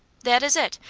that is it.